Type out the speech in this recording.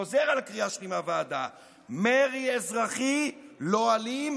חוזר על הקריאה שלי מהוועדה: מרי אזרחי לא אלים,